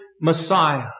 Messiah